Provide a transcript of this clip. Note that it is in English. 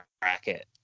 bracket